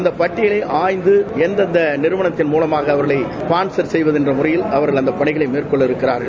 அந்த பட்டியலில் ஆய்ந்து எந்தெந்த நிறுவனத்தின் மூலமாக ஸ்பான்சர் செய்வது என்ற முறையில் அவர்கள் அந்த பணிகளை மேற்கொள்ள இருக்கிறார்கள்